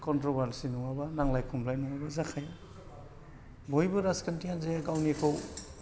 controversy नङाबा नांलाय खमलाय नङाबा जाखाया बयबो राजखान्थि हानजाया गावनिखौ